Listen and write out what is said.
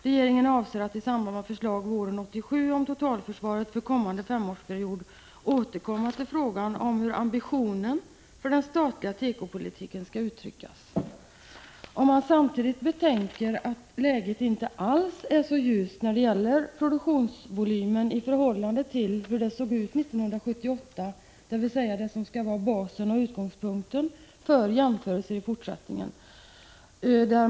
Regeringen avser att i samband med förslag våren 1987 om totalförsvaret för kommande femårsperiod återkomma till frågan om hur ambitionen för den statliga tekopolitiken skall uttryckas.” Man måste betänka att läget inte alls är ljust när det gäller den nuvarande produktionsvolymen i förhållande till 1978, som alltså skall vara basen och utgångspunkten för jämförelser i fortsättningen.